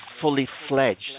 fully-fledged